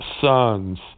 sons